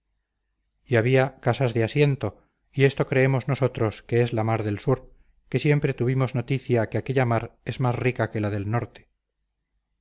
y había casas de asiento y esto creemos nosotros que es la mar del sur que siempre tuvimos noticia que aquella mar es más rica que la del norte